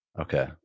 Okay